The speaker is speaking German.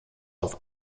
auf